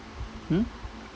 hmm